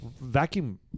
vacuum